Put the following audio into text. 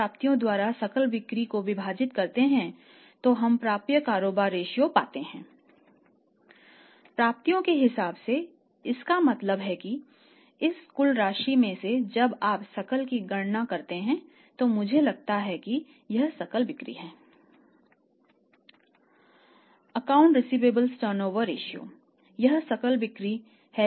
प्राप्तियों के हिसाब से इसका मतलब यह है कि इस कुल राशि में से जब आप सकल की गणना करते हैं तो मुझे लगता है कि यह सकल बिक्री है